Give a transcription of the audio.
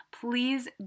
please